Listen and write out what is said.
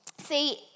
See